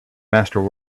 master